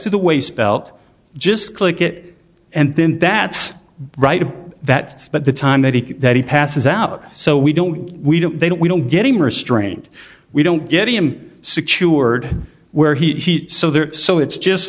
to the waist belt just click it and then that's right that's but the time that he that he passes out so we don't we don't they don't we don't get him restrained we don't get him secured where he so there so it's just